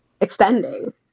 extending